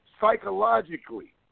psychologically